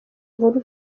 nkuru